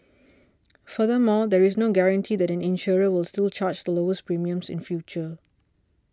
furthermore there is no guarantee that an insurer will still charge the lowest premiums in future